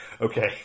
Okay